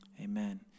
Amen